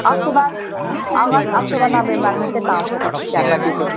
October अगस्त October नोभेम्बरमा चाहिँ पाउँछ त्यस्तो चियापत्ती चाहिँ